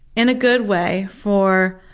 in a good way, for,